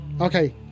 Okay